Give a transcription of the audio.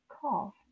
cough